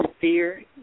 fear